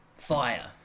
Fire